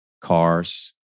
cars